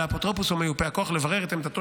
על האפוטרופוס או מיופה הכוח לברר את עמדתו